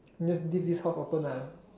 just leave this house open ah